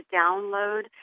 download